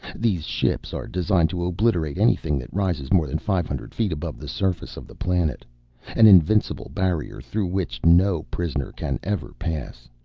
these ships are designed to obliterate anything that rises more than five hundred feet above the surface of the planet an invincible barrier through which no prisoner can ever pass.